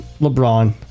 LeBron